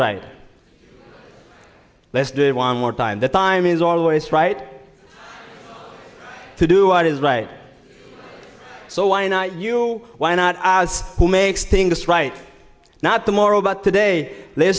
right let's do it one more time the time is always right to do art is right so why not you why not oz who makes things right not tomorrow but today they